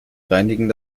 reinigen